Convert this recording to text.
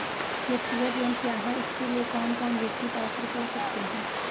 व्यक्तिगत ऋण क्या है इसके लिए कौन कौन व्यक्ति पात्र हो सकते हैं?